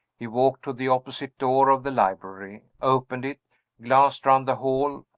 he walked to the opposite door of the library opened it glanced round the hall,